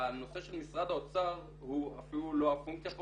הנושא של משרד האוצר הוא אפילו לא פונקציה פה